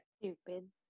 Stupid